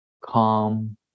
calm